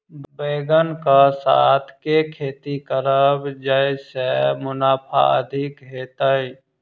बैंगन कऽ साथ केँ खेती करब जयसँ मुनाफा अधिक हेतइ?